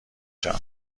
جان